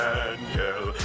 Daniel